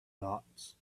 dots